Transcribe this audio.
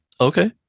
Okay